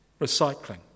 Recycling